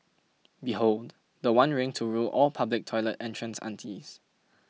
behold the one ring to rule all public toilet entrance aunties